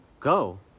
Go